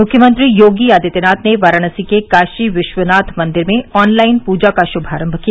मुख्यमंत्री योगी आदित्यनाथ ने वाराणसी के काशी विश्वनाथ मंदिर में ऑनलाइन पूजा का शुभारम्भ किया